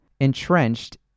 entrenched